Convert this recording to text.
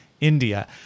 India